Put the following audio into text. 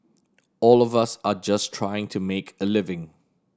all of us are just trying to make a living